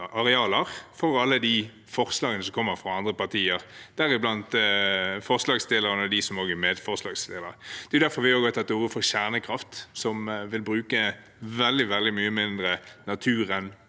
med alle de forslagene som kommer fra andre partier, deriblant forslagsstilleren og medforslagsstillerne. Det er derfor vi også har tatt til orde for kjernekraft, som vil bruke veldig mye mindre natur enn